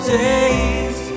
days